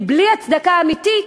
בלי הצדקה אמיתית,